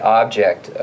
object